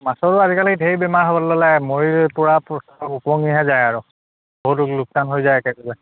মাছৰো আজিকালি ঢেৰ বেমাৰ হ'বলে ল'লে ময়ূৰ পূৰা উপঙীহে যায় আৰু বহুতো লোকচান হৈ যায় একেকোবে